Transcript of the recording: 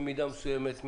במידה מסוימת,